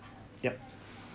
ya